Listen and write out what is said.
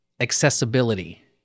accessibility